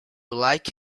like